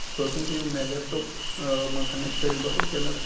તો શું થયું મેં લેપટોપમાં કનેકટ કર્યું બરાબર કૅમેરો